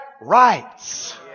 rights